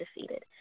defeated